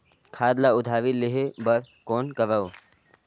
खाद ल उधारी लेहे बर कौन करव?